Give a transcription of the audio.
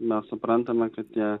na suprantame kad tie